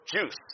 juice